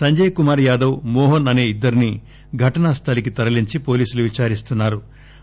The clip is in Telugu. సంజయ్ కుమార్ యాదవ్మోహన్ అసే ఇద్దరిని ఘటనాస్లలికి తరలించి పోలీసులు విచారిస్తున్నా రు